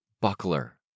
Buckler